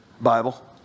Bible